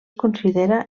considera